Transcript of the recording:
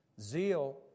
Zeal